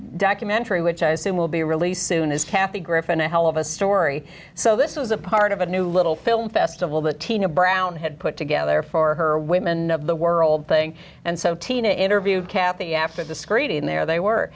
documentary which i assume will be released soon is kathy griffin a hell of a story so this was a part of a new little film festival that tina brown had put together for her women of the world busy thing and so tina interviewed kathy after discrete in there they were